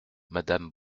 madame